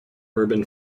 urban